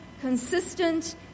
consistent